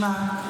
שמע,